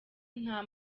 nta